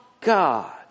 God